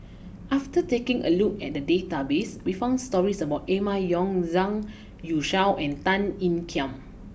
after taking a look at the database we found stories about Emma Yong Zhang Youshuo and Tan Ean Kiam